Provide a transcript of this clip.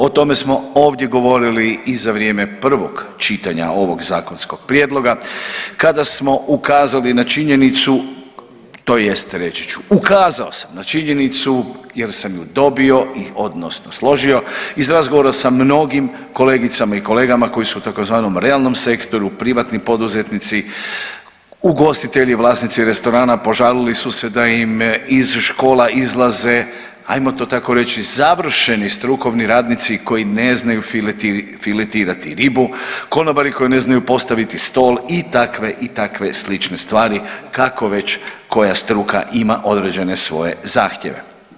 O tome smo ovdje govorili i za vrijeme prvog čitanja ovog zakonskog prijedloga kada smo ukazali na činjenicu tj. reći ću ukazao sam na činjenicu jer sam ju dobio odnosno složio iz razgovora sa mnogim kolegicama i kolegama koji su u tzv. realnom sektoru, privatni poduzetnici, ugostitelji vlasnici restorana požalili su im da iz škola izlaze ajmo to tako reći završeni strukovni radnici koji ne znaju filetirati ribu, konobari koji ne znaju postaviti stol i takve i takve slične stvari kako već koja struka ima određene svoje zahtjeve.